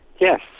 Yes